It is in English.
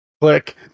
Click